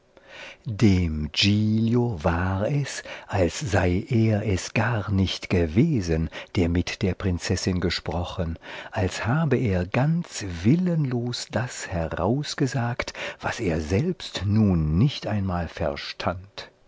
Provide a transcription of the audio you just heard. dem giglio war es als sei er es gar nicht gewesen der mit der prinzessin gesprochen als habe er ganz willenlos das herausgesagt was er selbst nun nicht einmal verstand